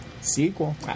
Sequel